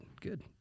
good